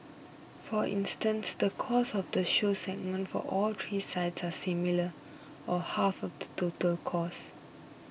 for instance the cost of the show segment for all three sites are similar or half of the total costs